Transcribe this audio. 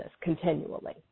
continually